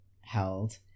held